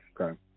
Okay